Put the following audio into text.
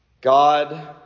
God